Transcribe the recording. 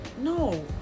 No